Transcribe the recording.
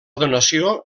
donació